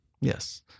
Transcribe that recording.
Yes